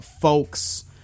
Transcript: folks